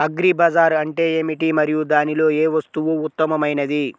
Agri bazaar అంటే ఏమిటి మరియు దానిలో ఏ వస్తువు ఉత్తమమైనది?